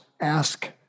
ask